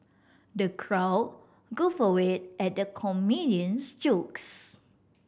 the crowd guffawed at the comedian's jokes